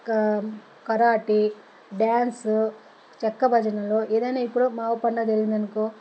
క karate dance చెక్క భజనలు ఏదైనా ఇప్పుడు మావు పండగ జరిగింది అనుకో